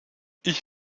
ich